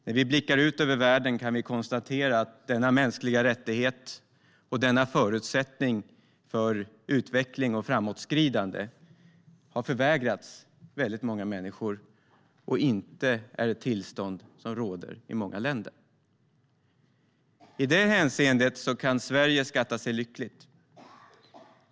När vi blickar ut över världen kan vi konstatera att denna mänskliga rättighet och förutsättning för utveckling och framåtskridande har förvägrats väldigt många människor och inte är ett tillstånd som råder i många länder. I det hänseendet kan Sverige skatta sig lyckligt.